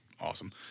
awesome